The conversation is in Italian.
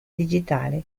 digitale